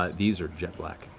ah these are jet black.